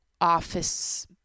office